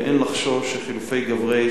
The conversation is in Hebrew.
ואין לחשוש שחילופי גברי,